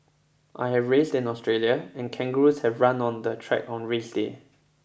I have raced in Australia and kangaroos have run on the track on race day